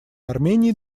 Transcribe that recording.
армении